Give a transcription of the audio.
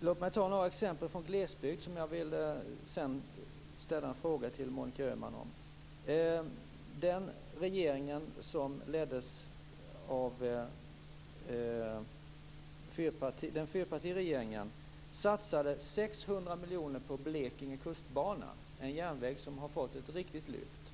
Låt mig ge några exempel när det gäller glesbygden; jag vill sedan fråga Monica Öhman om det. Fyrpartiregeringen satsade 600 miljoner på Blekinge kustbana, en järnväg som har fått ett riktigt lyft.